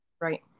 Right